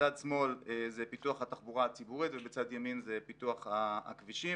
בצד שמאל זה פיתוח התחבורה הציבורית ובצד ימין זה פיתוח הכבישים.